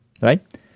right